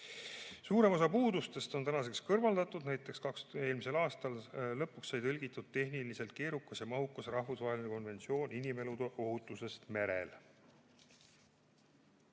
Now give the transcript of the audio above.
Suurem osa puudustest on tänaseks kõrvaldatud, näiteks eelmise aasta lõpuks sai tõlgitud tehniliselt keerukas ja mahukas rahvusvaheline konventsioon inimelude ohutusest merel.